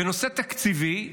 בנושא תקציבי,